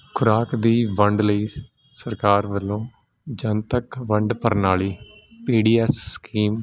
ਖੁਰਾਕ ਦੀ ਵੰਡ ਲਈ ਸਰਕਾਰ ਵੱਲੋਂ ਜਨਤਕ ਵੰਡ ਪ੍ਰਣਾਲੀ ਪੀਡੀਐਸ ਸਕੀਮ